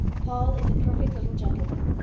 paul is a perfect little gentleman.